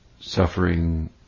suffering